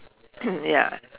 ya